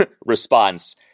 response